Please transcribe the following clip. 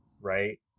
right